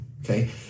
okay